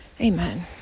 Amen